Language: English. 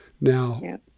Now